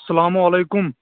اَسَلَامُ عَلَیکُم